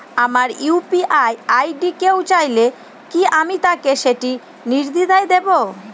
আমার UPI ID কেউ চাইলে কি আমি তাকে সেটি নির্দ্বিধায় দেব?